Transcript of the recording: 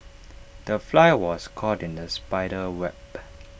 the fly was caught in the spider's web